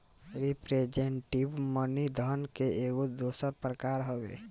representative money धन के एगो दोसर प्रकार हवे